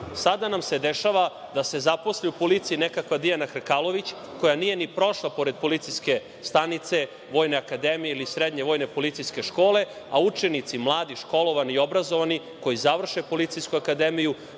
Sada nam se dešava da se zaposli u policiji nekakva Dijana Hrkalović, koja nije ni prošla pored policijske stanice, Vojne akademije ili Srednje vojne policijske škole, a učenici mladi, školovani i obrazovani, koji završe Policijsku akademiju